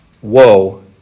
Whoa